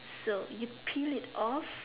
so you peel it off